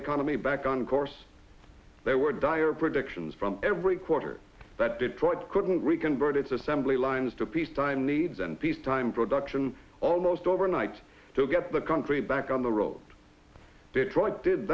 economy back on course there were dire predictions from every quarter that detroit couldn't reconvert its assembly lines to peacetime needs and peacetime production almost overnight to get the country back on the road detroit did